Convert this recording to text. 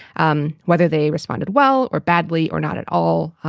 um whether they responded well or badly or not at all.